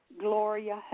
Gloria